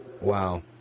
Wow